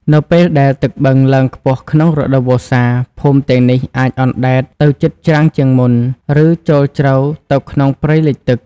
នៅពេលដែលទឹកបឹងឡើងខ្ពស់ក្នុងរដូវវស្សា ភូមិទាំងនេះអាចអណ្ដែតទៅជិតច្រាំងជាងមុន ឬចូលជ្រៅទៅក្នុងព្រៃលិចទឹក។